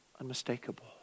unmistakable